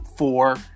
Four